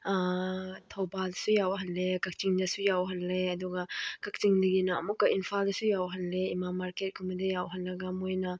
ꯊꯧꯕꯥꯜꯁꯨ ꯌꯧꯍꯜꯂꯦ ꯀꯛꯆꯤꯡꯗꯁꯨ ꯌꯧꯍꯜꯂꯦ ꯑꯗꯨꯒ ꯀꯛꯆꯤꯡꯗꯒꯤꯅ ꯑꯃꯨꯛꯀ ꯏꯝꯐꯥꯜꯗꯁꯨ ꯌꯧꯍꯜꯂꯦ ꯏꯃꯥ ꯃꯥꯔꯀꯦꯠꯀꯨꯝꯕꯗ ꯌꯧꯍꯜꯂꯒ ꯃꯣꯏꯅ